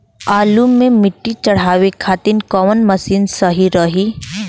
आलू मे मिट्टी चढ़ावे खातिन कवन मशीन सही रही?